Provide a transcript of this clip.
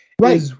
right